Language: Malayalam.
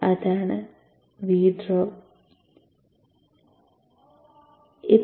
അതാണ് വി ഡ്രോപ്പ്